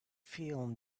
film